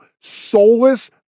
soulless